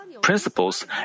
principles